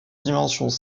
dimensions